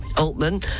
Altman